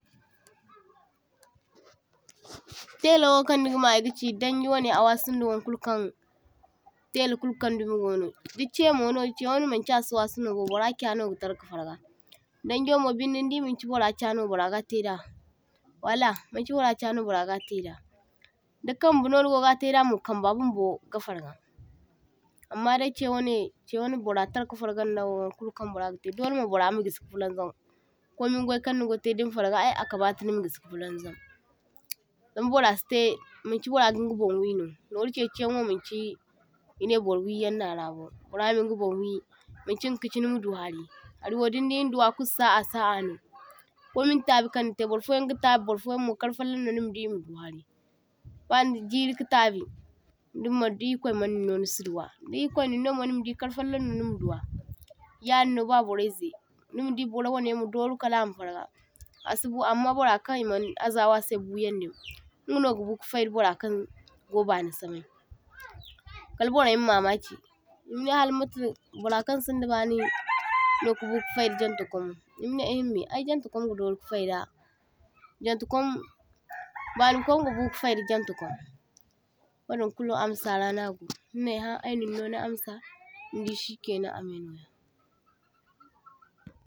toh-toh Tailawo kannigama e gachi dangi wanai aho asinda wankulukaŋ taila kulukaŋ dummi gono, dichai’mono chaiwane maŋchi asi wasino burra cha’no gatar’ka farga, dan jomo bindai nidi manchi burra chano burra gataida wala, manchi burra chano burra gataida, dikambano ni’goga taida mo, kamba bunbo gafarga amma da chaiwane chaiwane burra tarka farganda waŋkulo kaŋ burra gatai, dolaimo burra ma gisi kafulanzam. Komingwai kan nigotai dinfarga ay akamata nima gisi kafulaŋzam, zama burra sitai maŋchi burra ga ingaburŋ we no, noru chaichiyanmo manchi burweyaŋ nara burra minga burnwe manchi inga kachi nima du hari wo dindi niduwa kulu sa a sa a no, komin tabikan nitai burfoyaŋ gatabi burfoyaŋmo karfallaŋ no nigadi e mado hari, bani jiri katabi dimmaŋ di irkwai’mininno nisiduwa di irkwai’ninnomo karfallaŋno nimaduwa, yadinno barburraizai. Nimadi burwanai ma doru kala mafarga asibu amma burra kan e maŋ azawa asai bu’yaŋdin ingano gabu kafaida burra kango bani samay kalburraima mamaki e manai halamatai burrakaŋ sinda bani no bu kafaida janta kwamo e manai eh mai ay janta kwamo gadoru kafaida jantakwamo banikwamo gabu kafaida jantakwamo, wadin kulu amsaranago ninaiha ayninno ni amsa nidi shikainaŋ amainoya.